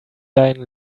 deinen